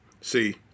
See